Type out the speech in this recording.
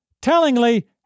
Tellingly